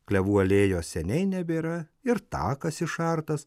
klevų alėjos seniai nebėra ir takas išartas